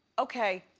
okay,